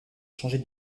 changer